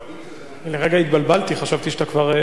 לרגע התבלבלתי, חשבתי שאתה כבר לא אתנו,